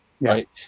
right